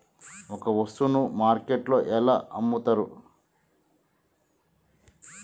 ఒక వస్తువును మార్కెట్లో ఎలా అమ్ముతరు?